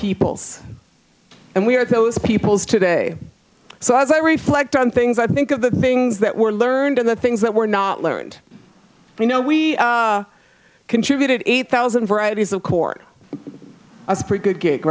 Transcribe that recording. peoples and we are those peoples today so as i reflect on things i think of the things that were learned and the things that were not learned you know we contributed eight thousand varieties of court a pretty good gig